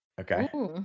Okay